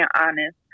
honest